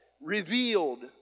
revealed